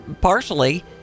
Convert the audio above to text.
partially